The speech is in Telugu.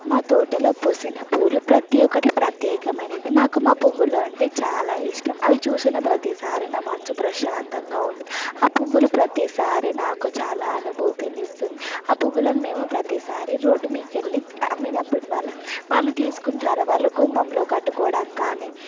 మా తోటలో పూసిన పూలు ప్రతి ఒక్కటి ప్రత్యేకమైనది నాకు మా పువ్వులు అంటే చాలా ఇష్టం అవి చూసిన ప్రతిసారి నా మనసు ప్రశాంతంగా ఉంది ఆ పువ్వులు ప్రతిసారి నాకు చాలా అనుభూతినిస్తుంది ఆ పువ్వులను మేము ప్రతిసారి రోడ్డు మీదకెళ్ళి అమ్మినప్పుడు వాళ్ళ వాళ్ళు తీసుకుంటారు వాళ్ళు గుమ్మంలో కట్టుకోడం కానీ